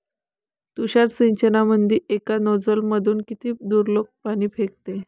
तुषार सिंचनमंदी एका नोजल मधून किती दुरलोक पाणी फेकते?